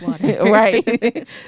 Right